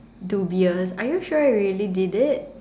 dubious are you sure you really did it